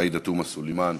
עאידה תומא סלימאן,